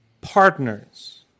partners